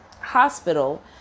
hospital